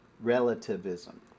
relativism